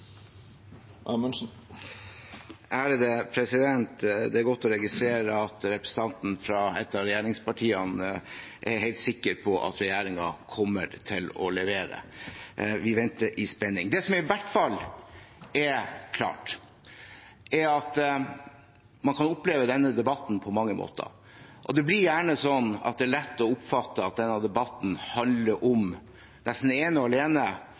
Det er godt å registrere at representanten fra et av regjeringspartiene er helt sikker på at regjeringen kommer til å levere. Vi venter i spenning. Det som i hvert fall er klart, er at man kan oppleve denne debatten på mange måter. Det blir gjerne sånn at det er lett å oppfatte at denne debatten nesten ene og alene handler om rettigheten til den enkelte som blir underlagt tvungent psykisk helsevern, og